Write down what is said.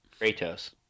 Kratos